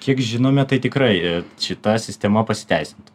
kiek žinome tai tikrai šita sistema pasiteisintų